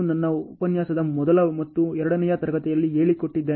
ಇದು ನಾನು ಉಪನ್ಯಾಸದ ಮೊದಲ ಮತ್ತು ಎರಡನೆಯ ತರಗತಿಯಲ್ಲಿ ಹೇಳಿ ಕೊಟ್ಟಿದ್ದೇನೆ